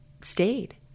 stayed